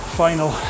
final